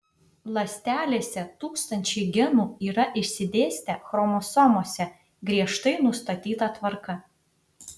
ląstelėse tūkstančiai genų yra išsidėstę chromosomose griežtai nustatyta tvarka